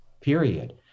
period